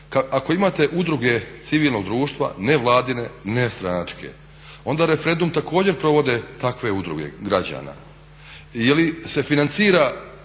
ako imate udruge civilnog društva nevladine, nestranačke onda referendum također provode takve udruge građana,